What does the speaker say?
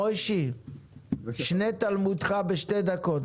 מוישי שְׁנֵה תלמודך בשתי דקות.